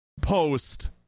post